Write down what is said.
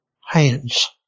hands